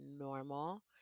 normal